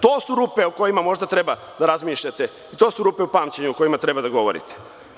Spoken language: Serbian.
To su rupe o kojima možda treba da razmišljate i to su rupe u pamćenju o kojima treba da govorite.